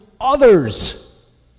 others